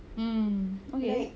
mm okay